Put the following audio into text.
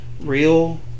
real